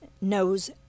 knows